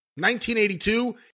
1982